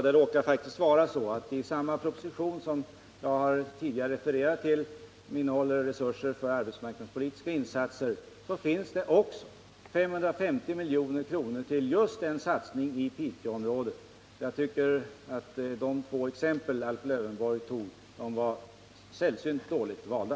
Det råkar faktiskt vara så att i samma proposition som jag tidigare har refererat till och som innehåller ett förslag om resurser för arbetsmarknadspolitiska insatser finns också 550 milj.kr. upptagna för just en satsning i Piteområdet. Jag tycker att de båda exempel AIf Lövenborg tog var sällsynt dåligt valda.